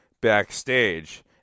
backstage